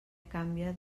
canvia